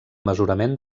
mesurament